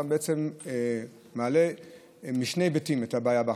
אתה מעלה משני היבטים את הבעיה שבהחלפה.